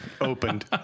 Opened